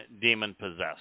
demon-possessed